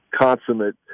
Consummate